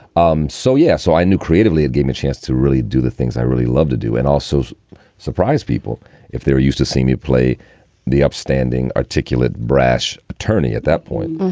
um so. yeah. so i knew creatively it gave me a chance to really do the things i really love to do and also surprise people if they are used to seeing you play the upstanding, articulate, brash attorney at that point.